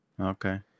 Okay